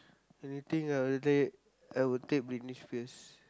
anything ah I would take Britney-Spears